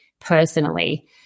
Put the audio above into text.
personally